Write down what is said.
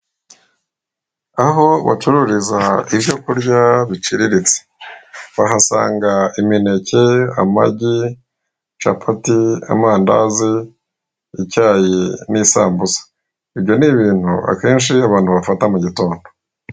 Aho bacururiza ibyo kurya biciriritse wahasanga imineke, amagi, capati, amandazi, icyayi n'isambusa ibyo ni ibintu akenshi abantu bafata mu gitondo.